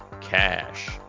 cash